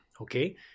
okay